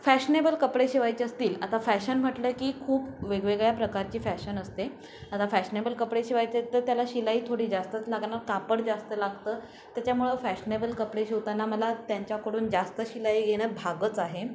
fashionable कपडे शिवायचे असतील आता फॅशन म्हटलं की खूप वेगवेगळ्या प्रकारची फॅशन असते आता फॅशनेबल कपडे शिवायचे आहेत तर त्याला शिलाई थोडी जास्तच लागणार कापड जास्त लागतं त्याच्यामुळं फॅशनेबल कपडे शिवताना मला त्यांच्याकडून जास्त शिलाई घेणं भागच आहे